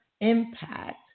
Impact